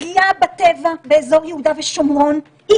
הפגיעה בטבע באזור יהודה ושומרון היא